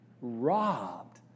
robbed